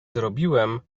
zrobiłem